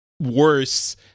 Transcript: worse